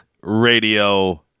Radio